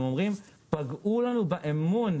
הם אומרים: פגעו לנו באמון,